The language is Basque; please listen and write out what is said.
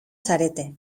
zarete